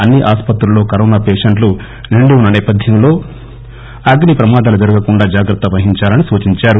అన్ని ఆసుపత్రిలో కరోనా పేషంట్లు నిండి ఉన్న నేపధ్యంలో అగ్ని ప్రమాదాలు జరగకుండా జాగ్రత్త వహించాలి సూచించారు